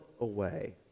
away